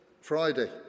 Friday